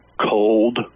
cold